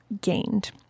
gained